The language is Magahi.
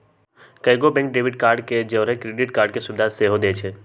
कएगो बैंक डेबिट कार्ड के जौरही क्रेडिट कार्ड के सुभिधा सेहो देइ छै